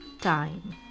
time